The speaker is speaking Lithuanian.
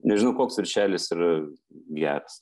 nežinau koks viršelis yra geras